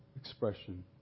expression